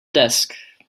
desk